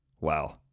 wow